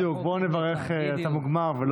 בדיוק, בוא נברך על המוגמר.